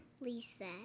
Lisa